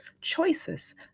choices